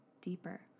deeper